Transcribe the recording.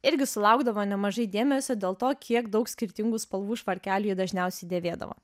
irgi sulaukdavo nemažai dėmesio dėl to kiek daug skirtingų spalvų švarkelių ji dažniausiai dėvėdavo